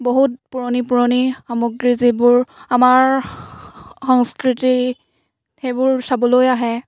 বহুত পুৰণি পুৰণি সামগ্ৰী যিবোৰ আমাৰ সংস্কৃতি সেইবোৰ চাবলৈ আহে